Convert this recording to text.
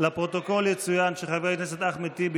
לפרוטוקול יצוין שחבר הכנסת אחמד טיבי